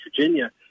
Virginia